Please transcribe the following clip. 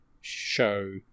show